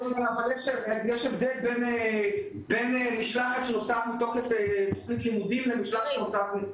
יש הבדל בין משלחת שנוסעת בתוכנית לימודים לבין משלחת אחרת.